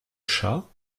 chat